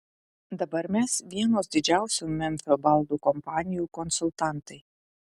dabar mes vienos didžiausių memfio baldų kompanijų konsultantai